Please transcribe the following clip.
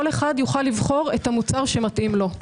אחד יוכל לבחור את המוצר שמתאים לו.